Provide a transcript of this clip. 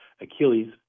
Achilles